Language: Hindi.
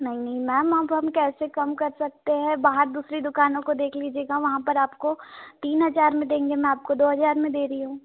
नहीं नहीं मैम अब हम कैसे कम कर सकते हैं बाहर दूसरी दुकानों को देख लीजिएगा वहाँ पर आपको तीन हजार में देंगे मैं आपको दो हजार में दे रही हूँ